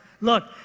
Look